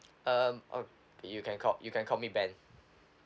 um al~ you can call you can call me ben